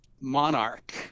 Monarch